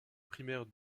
primaire